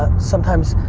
sometimes